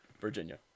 Virginia